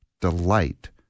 delight